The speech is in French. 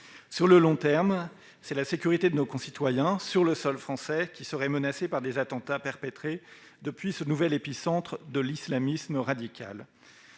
Sur le long terme, c'est la sécurité de nos concitoyens sur le sol français qui serait menacée par des attentats perpétrés depuis ce nouvel épicentre de l'islamisme radical.